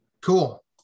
Cool